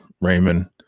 Raymond